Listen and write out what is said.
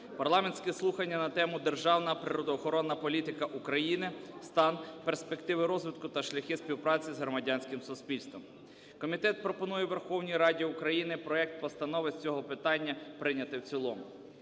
парламентські слухання на тему: "Державна природоохоронна політика України: стан, перспективи розвитку та шляхи співпраці з громадянським суспільством". Комітет пропонує Верховній Раді України проект Постанови з цього питання прийняти в цілому.